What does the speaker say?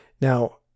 now